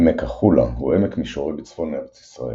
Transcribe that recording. עמק החולה הוא עמק מישורי בצפון ארץ ישראל,